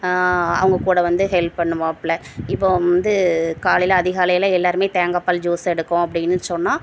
அவங்க கூட வந்து ஹெல்ப் பண்ணுவாப்பில இப்போது வந்து காலையில் அதிகாலையில் எல்லோருமே தேங்காப்பால் ஜூஸ் எடுக்கோம் அப்படின்னு சொன்னால்